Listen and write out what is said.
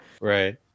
right